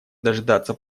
дожидаться